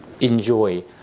enjoy